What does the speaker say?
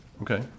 okay